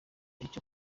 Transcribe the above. icyo